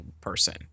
person